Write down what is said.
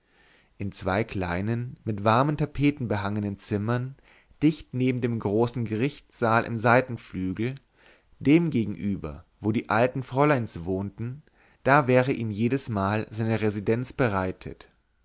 in zwei kleinen mit warmen tapeten behangenen zimmern dicht neben dem großen gerichtssaal im seitenflügel dem gegenüber wo die alten fräuleins wohnten da wäre ihm jedesmal seine residenz bereitet